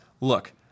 look